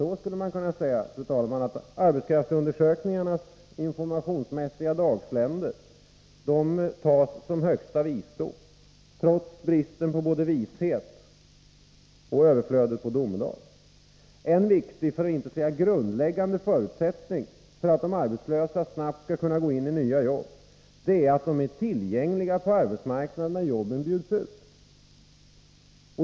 så, fru talman, att arbetskraftsundersökningarnas informationsmässiga dagsländor tas som högsta visdom, trots bristen på vishet och överflödet på domedag. En viktig, för att inte säga grundläggande, förutsättning för att de arbetslösa snabbt skall kunna gå in i nya jobb är att de är tillgängliga på arbetsmarknaden när jobben bjuds ut.